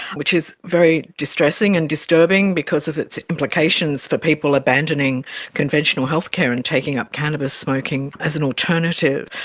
which is very distressing and disturbing because of its implications for people abandoning conventional healthcare and taking up cannabis smoking as an alternative.